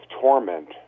torment